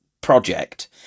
project